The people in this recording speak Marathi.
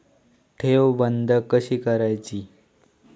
ठेव बंद कशी करायची?